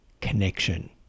connection